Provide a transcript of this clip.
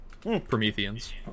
Prometheans